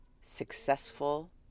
successful